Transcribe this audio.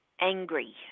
Angry